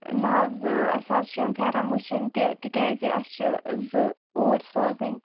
نہَ حظ اَسہِ حظ چھِ یِم فٮ۪رن وُچھِنۍ تہِ تِکیٛازِ اَسہِ چھُ زٕ اوٗرۍ سوزٕنۍ